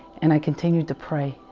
and i continued to pray